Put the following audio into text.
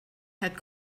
had